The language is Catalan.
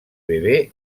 bebè